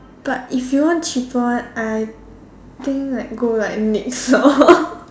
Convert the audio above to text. but if you want cheaper one I think like go like Nyx store